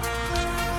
בנושא: